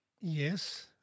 Yes